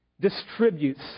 distributes